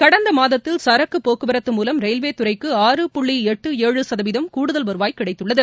கடந்த மாதத்தில் சரக்கு போக்குவரத்து மூலம் ரயில்வே துறைக்கு ஆறு புள்ளி எட்டு ஏழு சதவீதம் கூடுதல் வருவாய் கிடைத்துள்ளது